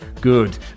good